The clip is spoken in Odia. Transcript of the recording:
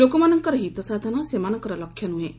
ଲୋକମାନଙ୍କର ହିତସାଧନ ସେମାନଙ୍କର ଲକ୍ଷ୍ୟ ନୁହେଁ